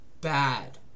bad